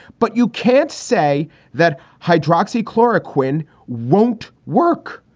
but you can't say that hydroxy clara quinn won't work.